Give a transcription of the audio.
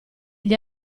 gli